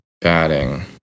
batting